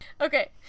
Okay